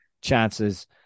chances